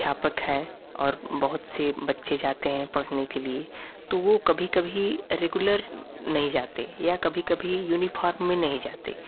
अध्यापक है और बहुत से बच्चे जाते हैं पढ़ने के लिए तो वो कभी कभी रेगुलर नहीं जाते हैं या कभी कभी यूनिफॉर्म में नहीं जाते